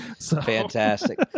Fantastic